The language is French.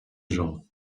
gens